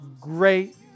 great